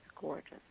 gorgeous